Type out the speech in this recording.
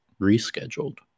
rescheduled